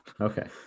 okay